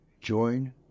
join